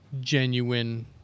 genuine